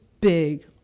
big